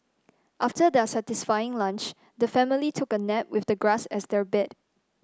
after their satisfying lunch the family took a nap with the grass as their bed